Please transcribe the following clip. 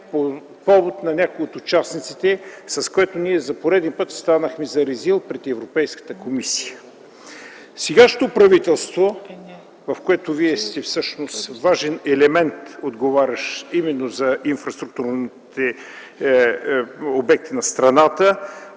по повод на някои от участниците, с което ние за пореден път станахме за резил пред Европейската комисия. Сегашното правителство, в което Вие сте всъщност важен елемент, отговарящ именно за инфраструктурните обекти на страната,